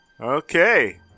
Okay